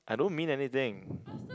I don't mean anything